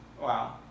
Wow